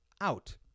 out